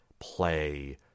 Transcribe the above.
play